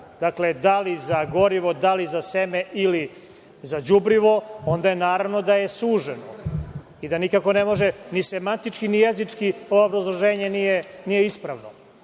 dakle, da li za gorivo, da li za seme ili za đubrivo, onda naravno, da je suženo i da nikako ne može ni sematički ni jezički ovo obrazloženje nije ispravno. Ako